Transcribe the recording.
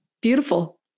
Beautiful